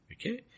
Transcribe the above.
Okay